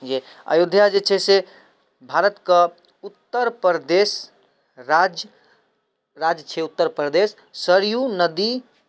जे अयोध्या जे छै से भारतके उत्तर प्रदेश राज्य राज्य छै उत्तर प्रदेश सरयू नदी